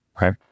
right